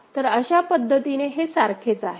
तर अशा पद्धतीने हे सारखेच आहे